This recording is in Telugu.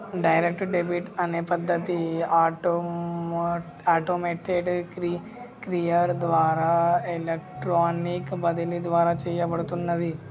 డైరెక్ట్ డెబిట్ అనే పద్ధతి ఆటోమేటెడ్ క్లియర్ ద్వారా ఎలక్ట్రానిక్ బదిలీ ద్వారా చేయబడుతున్నాది